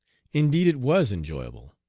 indeed it was enjoyable.